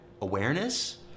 awareness